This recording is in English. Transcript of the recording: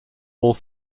all